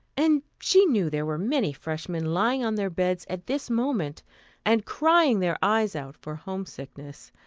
and she knew there were many freshmen lying on their beds at this moment and crying their eyes out for homesickness.